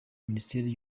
minisiteri